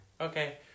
Okay